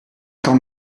kan